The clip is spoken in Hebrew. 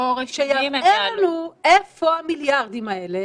יראה לנו איפה המיליארדים האלה,